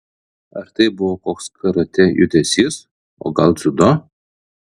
ar tai buvo koks karatė judesys o gal dziudo